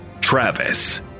Travis